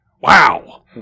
Wow